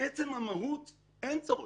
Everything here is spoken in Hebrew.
בעצם המהות, אין צורך.